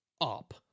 up